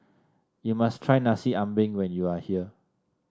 you must try Nasi Ambeng when you are here